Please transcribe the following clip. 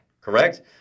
Correct